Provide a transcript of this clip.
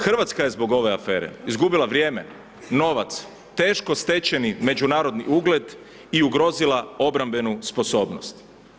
Hrvatska je zbog ove afere izgubila vrijeme, novac, teško stečeni međunarodni ugled i ugrozila obrambenu sposobnost.